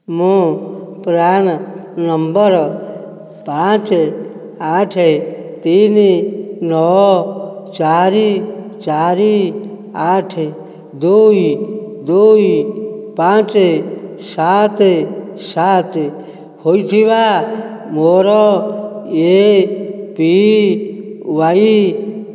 ମୁଁ PRAN number ପାଞ୍ଚ ଆଠ ତିନି ନଅ ଚାରି ଚାରି ଆଠ ଦୁଇ ଦୁଇ ପାଞ୍ଚ ସାତ ସାତ ହୋଇଥିବା ମୋ'ର ଏପିୱାଇ